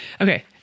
Okay